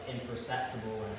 imperceptible